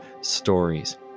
stories